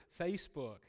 Facebook